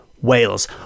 Wales